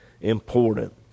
important